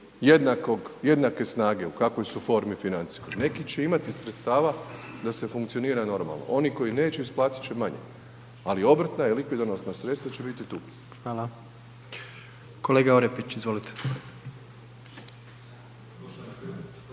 jednake snage u kakvoj su formi financijskoj. Neki će imati sredstava da se funkcionira normalno, oni koji neće isplatit će manje, ali obrtna i likvidonosna sredstva će biti tu. **Jandroković, Gordan